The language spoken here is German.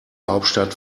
hauptstadt